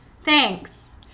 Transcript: thanks